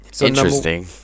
interesting